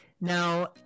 Now